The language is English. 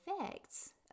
effects